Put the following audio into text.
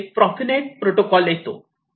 पुढे Profinet protocol येतो